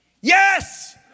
Yes